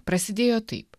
prasidėjo taip